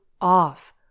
off